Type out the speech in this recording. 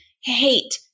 hate